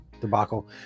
debacle